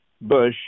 Bush